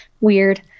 weird